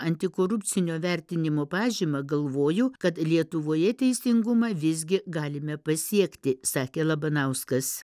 antikorupcinio vertinimo pažymą galvoju kad lietuvoje teisingumą visgi galime pasiekti sakė labanauskas